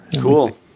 Cool